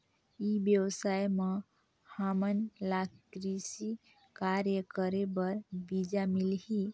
ई व्यवसाय म हामन ला कृषि कार्य करे बर बीजा मिलही?